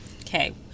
Okay